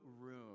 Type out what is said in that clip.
room